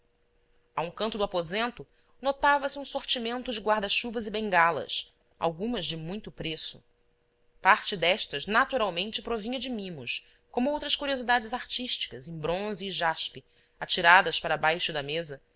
a um canto do aposento notava-se um sortimento de guarda chuvas e bengalas algumas de muito preço parte destas naturalmente provinha de mimos como outras curiosidades artísticas em bronze e jaspe atiradas para baixo da mesa